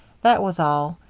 that was all.